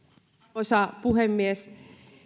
arvoisa puhemies